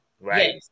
right